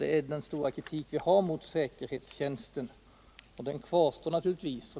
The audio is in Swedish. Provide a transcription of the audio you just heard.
Det är den tunga kritik som vi har att rikta mot säkerhetstjänsten, och den kritiken kvarstår givetvis.